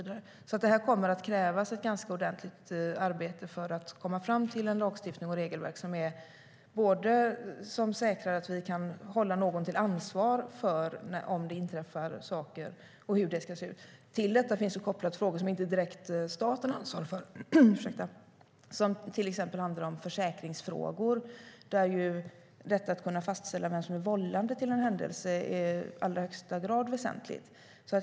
Det kommer att krävas ett ganska ordentligt arbete för att komma fram till lagstiftning och regelverk som säkrar att vi kan hålla någon ansvarig om det inträffar saker och hur det ska se ut. Till detta finns det kopplat frågor som inte staten direkt ansvarar för. Det handlar till exempel om försäkringsfrågor, där detta att kunna fastställa vem som är vållande till en händelse är i allra högsta grad väsentligt.